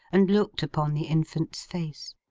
and looked upon the infant's face.